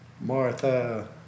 Martha